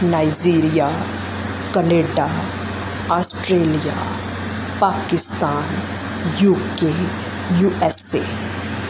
Nigeria Canada Australia Pakistan UK U A A